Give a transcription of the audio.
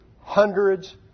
hundreds